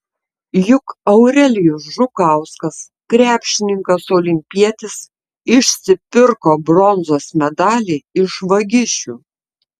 juk eurelijus žukauskas krepšininkas olimpietis išsipirko bronzos medalį iš vagišių